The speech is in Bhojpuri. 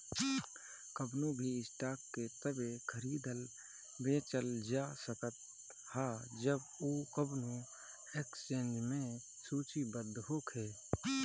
कवनो भी स्टॉक के तबे खरीदल बेचल जा सकत ह जब उ कवनो एक्सचेंज में सूचीबद्ध होखे